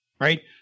Right